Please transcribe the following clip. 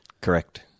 Correct